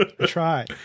Try